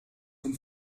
zum